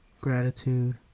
gratitude